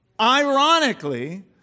Ironically